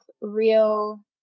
real